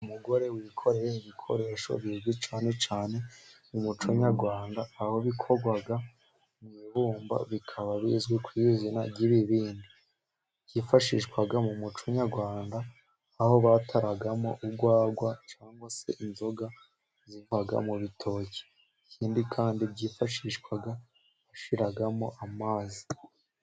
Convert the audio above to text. Umugore wikoreye ibikoresho bizwi cyane cyane mu muco Nyarwanda, aho bikorwa mu bibumba bikaba bizwi ku izina ry'ibibindi, byifashishwaga mu muco Nyarwanda, aho bataragamo urwagwa cyangwa se inzoga ziva mu bitoki, ikindi kandi byifashishwaga washyiramo amazi.